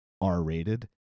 R-rated